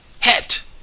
hit